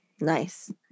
Nice